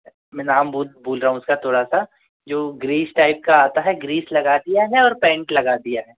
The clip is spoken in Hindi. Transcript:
मैं नाम भूल रहा हूँ उसका थोड़ा सा जो ग्रीस टाइप का आता है ग्रीस लगा दिया है और पैंट लगा दिया है